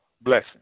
blessing